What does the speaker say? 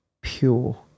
pure